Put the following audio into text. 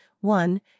one